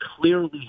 clearly